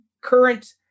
current